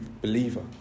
believer